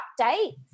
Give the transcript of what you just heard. updates